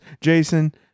Jason